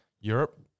Europe